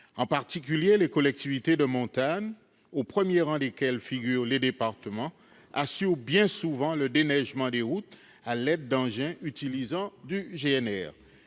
En particulier, les collectivités de montagne, au premier rang desquelles figurent les départements, assurent bien souvent le déneigement des routes à l'aide d'engins utilisant du GNR.